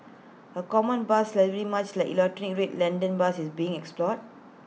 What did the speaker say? A common bus livery much like the iconic red London bus is being explored